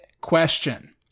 question